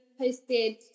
posted